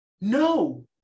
No